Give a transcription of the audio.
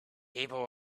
people